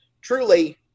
truly